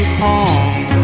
home